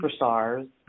superstars